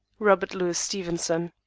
robert louis stevenson.